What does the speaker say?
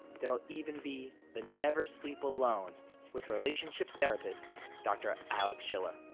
there will even be the never sleep alone with relationship therapist dr. alex schiller.